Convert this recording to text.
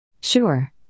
Sure